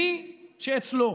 מי שאצלו